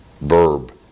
Verb